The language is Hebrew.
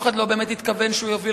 אף אחד לא באמת התכוון שהוא יוביל